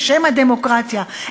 בשם הדמוקרטיה,